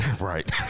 Right